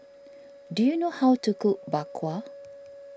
do you know how to cook Bak Kwa